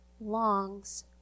longs